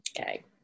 Okay